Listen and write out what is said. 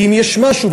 כי אם יש משהו,